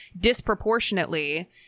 disproportionately